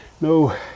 no